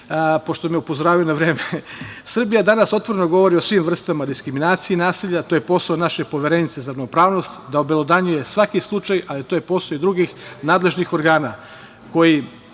nam se ono što činimo. Srbija danas otvoreno govori o svim vrstama diskriminacije i nasilja, a to je posao naše Poverenice za ravnopravnost da obelodanjuje svaki slučaj, ali to je posao i drugih nadležnih organa koji